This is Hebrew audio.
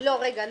לא, רגע.